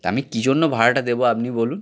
তা আমি কী জন্য ভাড়াটা দেবো আপনি বলুন